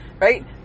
Right